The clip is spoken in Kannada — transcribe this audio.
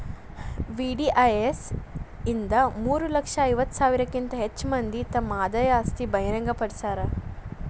ವಿ.ಡಿ.ಐ.ಎಸ್ ಇಂದ ಮೂರ ಲಕ್ಷ ಐವತ್ತ ಸಾವಿರಕ್ಕಿಂತ ಹೆಚ್ ಮಂದಿ ತಮ್ ಆದಾಯ ಆಸ್ತಿ ಬಹಿರಂಗ್ ಪಡ್ಸ್ಯಾರ